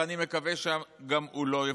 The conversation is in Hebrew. ואני מקווה שהוא גם לא יבוטל.